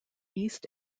east